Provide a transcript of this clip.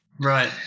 right